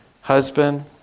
husband